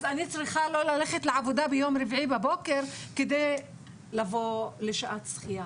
אז אני צריכה לא ללכת לעבודה ביום רביעי בבוקר כדי לבוא לשעת שחייה.